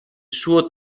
suo